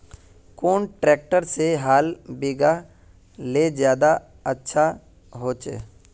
कुन ट्रैक्टर से हाल बिगहा ले ज्यादा अच्छा होचए?